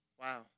Wow